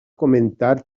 comentar